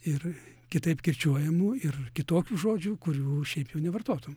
ir kitaip kirčiuojamų ir kitokių žodžių kurių šiaip jau nevartotum